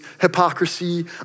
hypocrisy